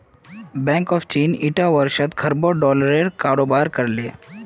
bank of Chin ईटा वर्ष खरबों डॉलरेर कारोबार कर ले